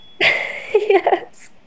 Yes